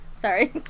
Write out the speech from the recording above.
Sorry